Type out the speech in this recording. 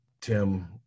Tim